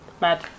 Mad